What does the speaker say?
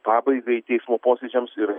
pabaigai teismo posėdžiams ir